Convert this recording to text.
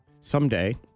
Someday